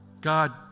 God